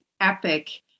epic